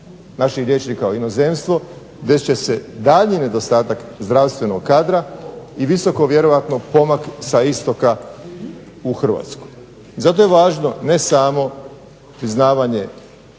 naših liječnika u inozemstvo desit će se daljnji nedostatak zdravstvenog kadra i visoko vjerovatno pomak sa istoka u Hrvatsku. Zato je važno ne samo priznavanje